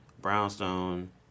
brownstone